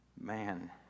Man